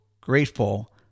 grateful